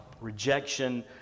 rejection